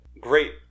Great